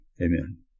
Amen